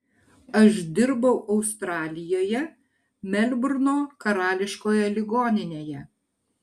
aš dirbau australijoje melburno karališkoje ligoninėje